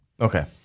Okay